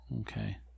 Okay